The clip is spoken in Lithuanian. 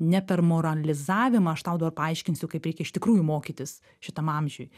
ne per moralizavimą aš tau dabar paaiškinsiu kaip reikia iš tikrųjų mokytis šitam amžiuj